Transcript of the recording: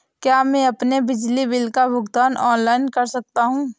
क्या मैं अपने बिजली बिल का भुगतान ऑनलाइन कर सकता हूँ?